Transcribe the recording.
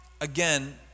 Again